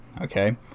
okay